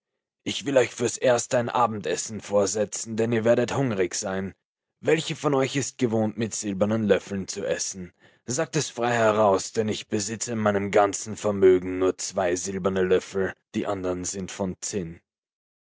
ich will euch fürs erste ein abendessen vorsetzen denn ihr werdet hungrig sein welche von euch ist gewohnt mit silbernen löffeln zu essen sagt es frei heraus denn ich besitze in meinem ganzen vermögen nur zwei silberne löffel die andern sind von zinn